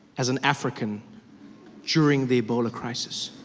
as an african during the ebola crisis.